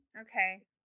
okay